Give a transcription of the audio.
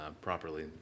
properly